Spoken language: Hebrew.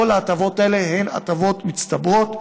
כל ההטבות האלה הן הטבות מצטברות.